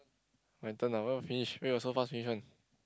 my turn uh where got finish where got so fast finish one